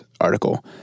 article